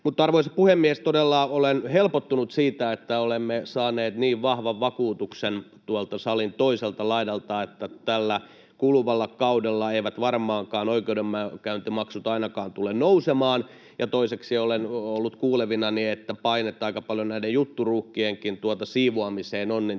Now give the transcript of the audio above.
Mutta, arvoisa puhemies, olen helpottunut todella siitä, että olemme saaneet niin vahvan vakuutuksen tuolta salin toiselta laidalta, niin että tällä kuluvalla kaudella eivät oikeudenkäyntimaksut varmaankaan ainakaan tule nousemaan. Ja toiseksi, olen ollut kuulevinani, että painetta on aika paljon näiden jutturuuhkienkin siivoamiseen, ja